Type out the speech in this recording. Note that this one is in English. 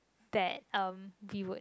that um we would